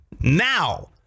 Now